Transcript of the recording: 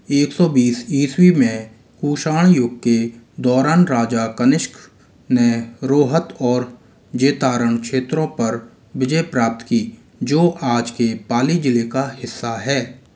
एक सौ बीस ईस्वी में कुषाण युग के दौरान राजा कनिष्क ने रोहत और जेतारन क्षेत्रों पर विजय प्राप्त की जो आज के पाली ज़िले का हिस्सा है